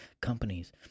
companies